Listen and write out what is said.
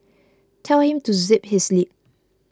tell him to zip his lip